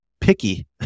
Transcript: picky